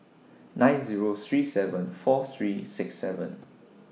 nine Zero three seven four three six seven